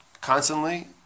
Constantly